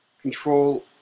control